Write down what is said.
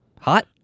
hot